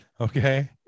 Okay